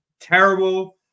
terrible